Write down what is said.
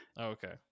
Okay